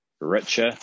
richer